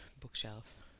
bookshelf